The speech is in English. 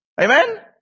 Amen